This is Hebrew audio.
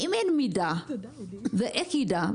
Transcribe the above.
אם אין מידע, איך ידע?